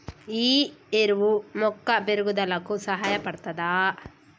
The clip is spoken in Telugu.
ఈ ఎరువు మొక్క పెరుగుదలకు సహాయపడుతదా?